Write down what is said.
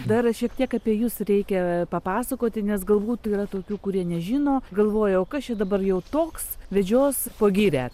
dar šiek tiek apie jus reikia papasakoti nes galbūt yra tokių kurie nežino galvoja o kas čia dabar jau toks vedžios po girią